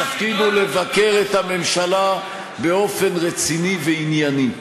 התפקיד הוא לבקר את הממשלה באופן רציני וענייני.